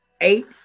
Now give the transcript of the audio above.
eight